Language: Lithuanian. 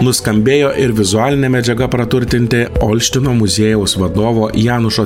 nuskambėjo ir vizualine medžiaga praturtinti olštyno muziejaus vadovo janušo